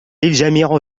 الجميع